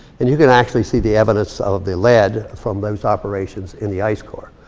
and you can actually see the evidence of the lead from those operations in the ice core.